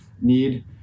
need